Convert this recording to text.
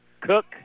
Cook